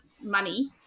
money